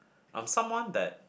I'm someone that